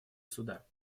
суда